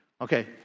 Okay